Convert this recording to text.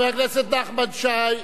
חבר הכנסת נחמן שי,